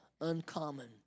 Uncommon